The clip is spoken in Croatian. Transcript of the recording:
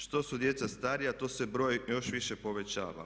Što su djeca starija to se broj još više povećava.